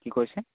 কি কৈছে